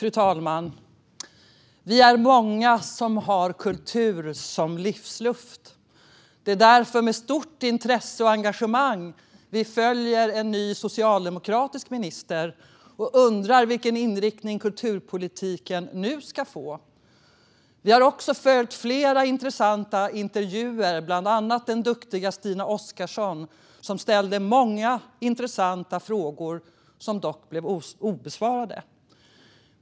Fru talman! Vi är många som har kultur som livsluft. Det är därför med stort intresse och engagemang vi följer en ny socialdemokratisk minister och undrar vilken inriktning kulturpolitiken nu ska få. Vi har också följt flera intressanta intervjuer, bland annat av den duktiga Stina Oscarson som ställde många intressanta frågor - som dock förblev obesvarade.